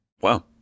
Wow